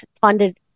funded